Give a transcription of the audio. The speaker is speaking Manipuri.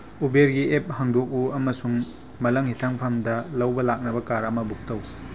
ꯎꯕꯦꯔꯒꯤ ꯑꯦꯞ ꯍꯥꯡꯗꯣꯛꯎ ꯑꯃꯁꯨꯡ ꯃꯥꯂꯪ ꯍꯤꯊꯥꯡꯐꯝꯗ ꯂꯧꯕ ꯂꯥꯛꯅꯕ ꯀꯥꯔ ꯑꯃ ꯕꯨꯛ ꯇꯧ